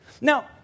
Now